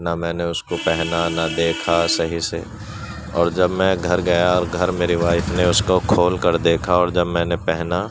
نہ میں نے اس کو پہنا نہ دیکھا صحیح سے اور جب میں گھر گیا اور گھر میری وائف نے اس کو کھول کر دیکھا اور جب میں نے پہنا